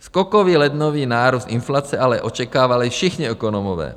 Skokový lednový nárůst inflace ale očekávali všichni ekonomové.